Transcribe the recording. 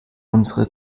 unsere